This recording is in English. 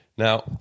Now